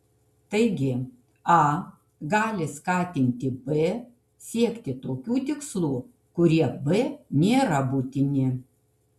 taigi a gali skatinti b siekti tokių tikslų kurie b nėra būtini